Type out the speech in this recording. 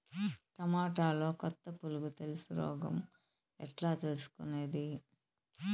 టమోటాలో కొత్త పులుగు తెలుసు రోగం ఎట్లా తెలుసుకునేది?